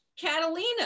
catalina